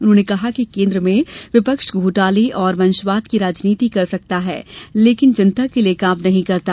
उन्होंने कहा कि केन्द्र में विपक्ष घोटाले और वंशवाद की राजनीति कर सकता है लेकिन जनता के लिए काम नहीं करता